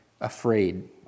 afraid